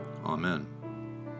Amen